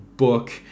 book